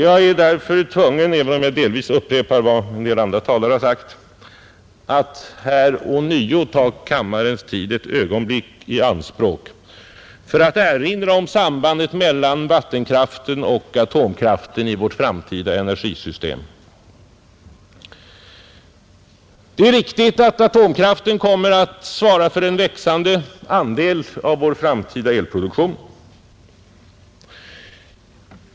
Jag är därför tvungen — även om jag delvis upprepar vad en del andra talare sagt — att här ånyo ta kammarens tid ett ögonblick i anspråk för att erinra om sambandet mellan vattenkraft och atomkraft i vårt framtida energisystem, Det är riktigt att atomkraften kommer att svara för en växande andel av vår framtida elproduktion.